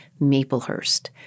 Maplehurst